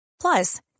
plus